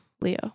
Leo